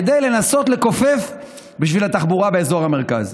כדי לנסות לכופף בשביל התחבורה באזור המרכז.